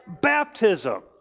Baptism